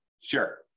Sure